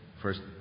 first